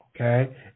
Okay